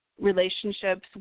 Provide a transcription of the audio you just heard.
relationships